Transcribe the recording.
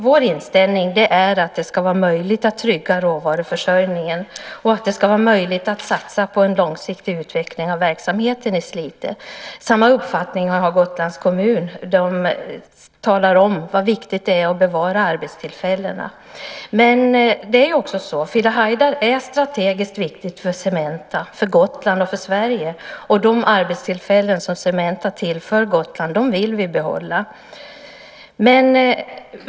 Vår inställning är att det ska vara möjligt att trygga råvaruförsörjningen och att satsa på en långsiktig utveckling av verksamheten i Slite. Samma uppfattning har Gotlands kommun. De talar om hur viktigt det är att bevara arbetstillfällena. Filehajdar är strategiskt viktigt för Cementa, för Gotland och för Sverige, och de arbetstillfällen som Cementa tillför Gotland vill vi behålla.